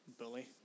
bully